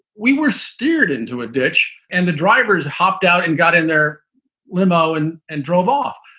we were steered into a ditch, and the drivers hopped out and got in their limo and and drove off.